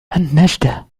النجدة